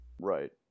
Right